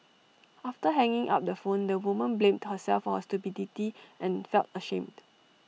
after hanging up the phone the woman blamed herself for her stupidity and felt ashamed